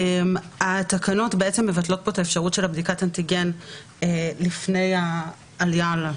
התקנות מבטלות פה את האפשרות של בדיקת אנטיגן לפני המעבר,